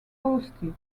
posted